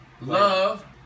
Love